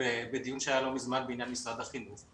בדיון שהיה לא מזמן בעניין משרד החינוך,